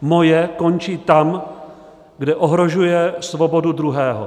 moje končí tam, kde ohrožuje svobodu druhého.